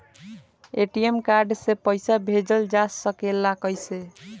ATM card से पइसा भेजल जा सकेला कइसे?